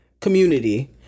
community